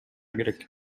керек